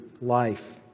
life